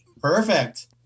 Perfect